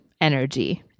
energy